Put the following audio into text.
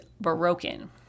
broken